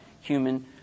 human